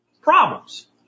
Problems